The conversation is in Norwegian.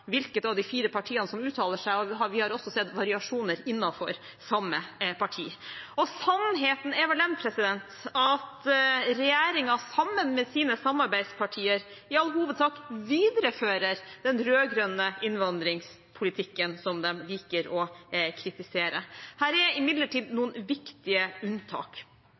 hvilket av de fire partiene som uttaler seg, og vi har også sett variasjoner innenfor samme parti. Sannheten er vel den at regjeringen sammen med sine samarbeidspartier i all hovedsak viderefører den rød-grønne innvandringspolitikken som de liker å kritisere. Det er imidlertid noen viktige unntak